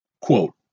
Quote